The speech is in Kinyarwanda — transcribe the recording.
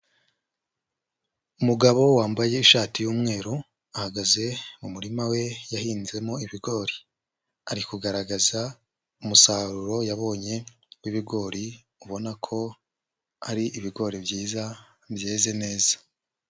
Umugabo wambaye ishati y'umweru, ahagaze mu murima we yahinzemo ibigori. Ari kugaragaza umusaruro yabonye w'ibigori, ubona ko ari ibigori byiza, byeze neza.